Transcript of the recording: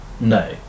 No